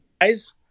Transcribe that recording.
guys